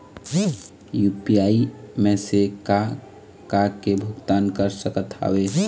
UPI से मैं का का के भुगतान कर सकत हावे?